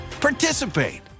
participate